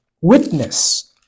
Witness